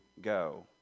go